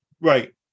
right